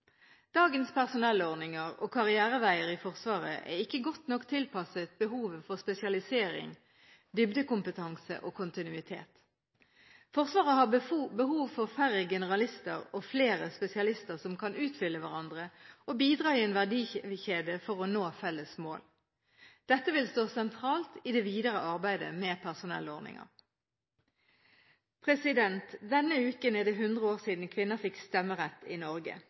Dagens personellordninger og karriereveier i Forsvaret er ikke godt nok tilpasset behovet for spesialisering, dybdekompetanse og kontinuitet. Forsvaret har behov for færre generalister og flere spesialister som kan utfylle hverandre og bidra i en verdikjede for å nå felles mål. Dette vil stå sentralt i det videre arbeidet med personellordningene. Denne uken er det 100 år siden kvinner fikk stemmerett i Norge.